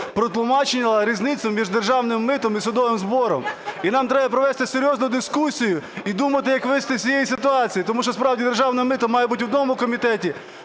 протлумачила різницю між державним митом і судовим збором. І нам треба провести серйозну дискусію, і думати як вийти з цієї ситуації, тому що справді державне мито має бути в одному комітеті,